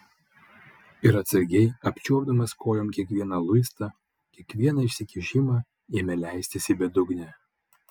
ir atsargiai apčiuopdamas kojom kiekvieną luistą kiekvieną išsikišimą ėmė leistis į bedugnę